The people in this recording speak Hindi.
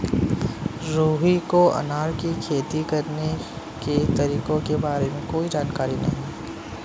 रुहि को अनार की खेती करने के तरीकों के बारे में कोई जानकारी नहीं है